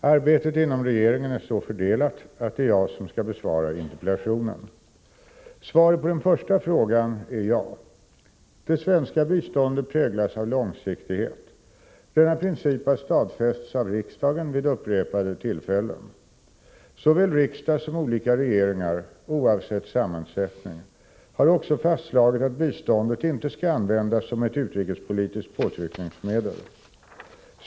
Arbetet inom regeringen är så fördelat att det är jag som skall besvara interpellationen. Svaret på den första frågan är ja. Det svenska biståndet präglas av långsiktighet. Denna princip har stadfästs av riksdagen vid upprepade tillfällen. Såväl riksdag som olika regeringar, oavsett sammansättning, har också fastslagit att biståndet inte skall användas som ett utrikespolitiskt påtryckningsmedel.